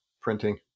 printing